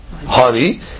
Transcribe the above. honey